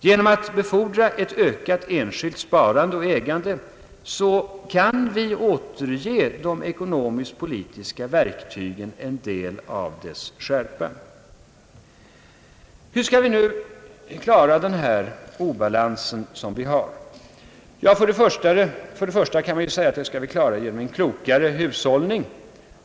Genom att befordra ett ökat enskilt sparande och ägande kan vi också återge de ekonomisk-politiska verktygen en del av deras skärpa. Hur skall vi nu klara den obalans som vi har? För det första kan man säga att vi skall klara obalansen genom klokare hushållning.